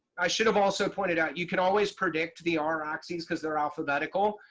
i should have also pointed out you can always predict the r axes because they're alphabetical.